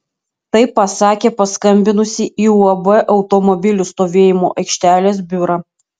tai pasakė paskambinusi į uab automobilių stovėjimo aikštelės biurą